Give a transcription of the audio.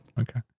Okay